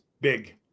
big